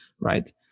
right